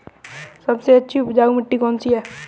सबसे अच्छी उपजाऊ मिट्टी कौन सी है?